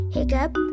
Hiccup